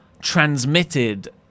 transmitted